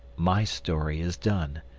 my story is done.